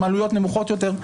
עם עלויות נמוכות יותר,